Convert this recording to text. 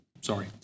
sorry